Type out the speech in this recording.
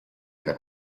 era